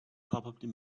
probably